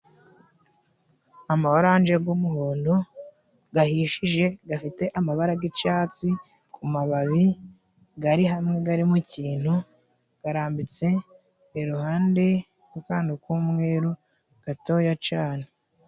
Ama oranje g'umuhondo gahishije gafite amabarara g'icatsi ku mababi gari hamwe gari mu kintu garambitse iruhande rw'akantu k'umweru gatoya cane.